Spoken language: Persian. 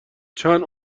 چند